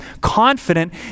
confident